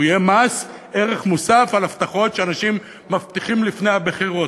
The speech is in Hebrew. הוא יהיה מס ערך מוסף על הבטחות שאנשים מבטיחים לפני הבחירות.